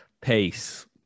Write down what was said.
Pace